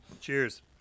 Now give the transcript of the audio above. Cheers